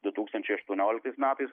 du tūkstančiai aštuonioliktais metais